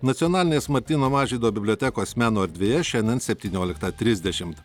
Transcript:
nacionalinės martyno mažvydo bibliotekos meno erdvėje šiandien septynioliktą trisdešimt